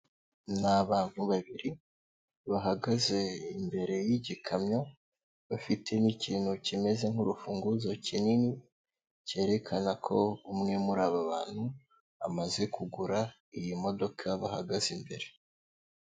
Ni abantu babiri bahagaze imbere yigikamyo bafite n'ikintu kimeze nk'urufunguzo kinini cyerekana ko umwe muri aba bantu amaze kugura iyi modoka bahagaze imbere.